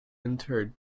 entered